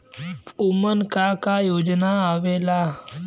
उमन का का योजना आवेला?